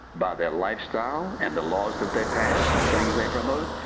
by their lifestyle and the laws that they pass and the things they promote,